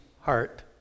heart